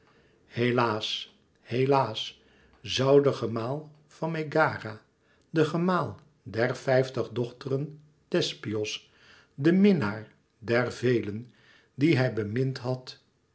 helaas helaas zoû de gemaal van megara de gemaal der vijftig dochteren thespios de minnaar der velen die hij bemind had